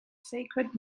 sacred